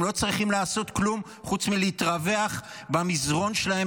הם לא צריכים לעשות כלום חוץ מלהתרווח על המזרן שלהם